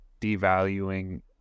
devaluing